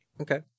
Okay